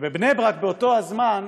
ובבני-ברק באותו הזמן